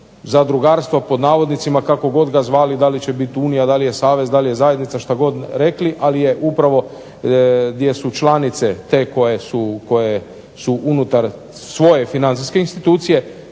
"zadrugarstva" kako god ga zvali da li će biti unije, savez, zajednica što god rekli, ali upravo jesu članice koje su unutar svoje financijske institucije